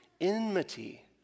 enmity